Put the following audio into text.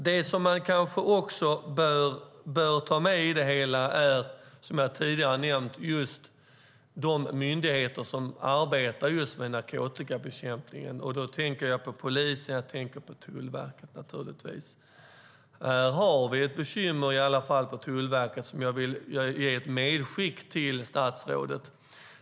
Det som kanske också bör tas med är, som jag tidigare nämnt, de myndigheter som arbetar med narkotikabekämpning. Då tänker jag på polisen och Tullverket. Åtminstone vid Tullverket har vi ett bekymmer, och jag vill göra det som ett medskick till statsrådet.